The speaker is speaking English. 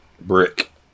Brick